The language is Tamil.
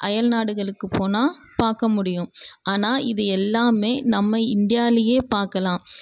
அயல்நாடுகளுக்குப் போனால் பார்க்க முடியும் ஆனால் இது எல்லாமே நம்ம இந்தியாலேயே பார்க்கலாம்